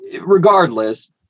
regardless